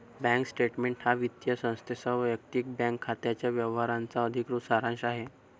bank statement हा वित्तीय संस्थेसह वैयक्तिक बँक खात्याच्या व्यवहारांचा अधिकृत सारांश आहे